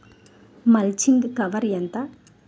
Mulching cover ఎంత?